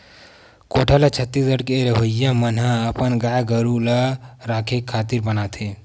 कोठा ल छत्तीसगढ़ के रहवइया मन ह अपन गाय गरु ल रखे खातिर बनाथे